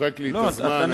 מוחק לי את הזמן.